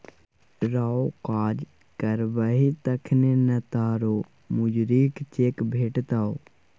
रौ काज करबही तखने न तोरो मजुरीक चेक भेटतौ